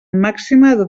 màxima